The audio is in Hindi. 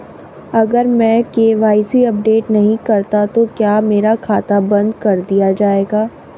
अगर मैं के.वाई.सी अपडेट नहीं करता तो क्या मेरा खाता बंद कर दिया जाएगा?